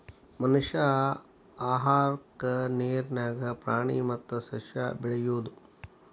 ಮನಷ್ಯಾ ಆಹಾರಕ್ಕಾ ನೇರ ನ್ಯಾಗ ಪ್ರಾಣಿ ಮತ್ತ ಸಸ್ಯಾ ಬೆಳಿಯುದು